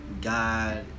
God